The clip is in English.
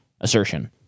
assertion